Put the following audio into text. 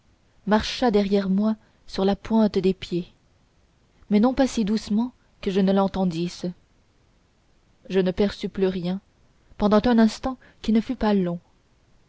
marcha derrière moi sur la pointe des pieds mais non pas si doucement que je ne l'entendisse je ne perçus plus rien pendant un instant qui ne fut pas long